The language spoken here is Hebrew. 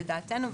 לדעתנו.